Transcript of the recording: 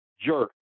jerk